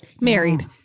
married